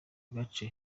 gace